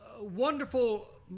wonderful